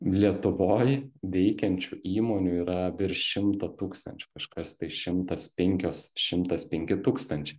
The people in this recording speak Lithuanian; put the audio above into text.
lietuvoj veikiančių įmonių yra virš šimto tūkstančių kažkas tai šimtas penkios šimtas penki tūkstančiai